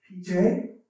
PJ